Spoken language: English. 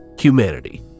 humanity